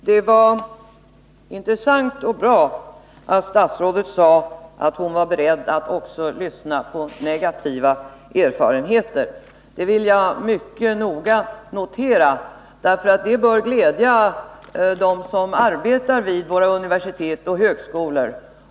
Herr talman! Det var intressant och bra att statsrådet sade att hon är beredd att också lyssna på negativa erfarenheter. Det vill jag mycket noga notera, eftersom det bör glädja dem som arbetar vid våra universitet och högskolor.